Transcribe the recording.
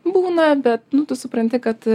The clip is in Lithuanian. būna bet nu tu supranti kad